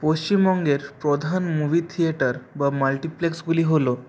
পশ্চিমবঙ্গের প্রধান movie theatre বা মাল্টিপ্লেক্সগুলি হল